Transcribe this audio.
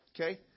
Okay